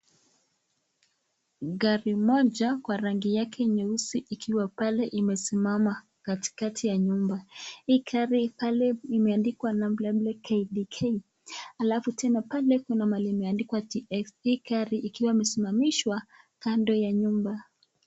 Gari moja kwa rangi yake nyeusi ikiwa pale imesimama katikati ya nyumba. Hii gari pale imeandikwa number plate KDK . Alafu tena pale kuna mahali imeandikwa TLC ,gari ikiwa imesimamishwa kando ya nyumba.